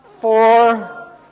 four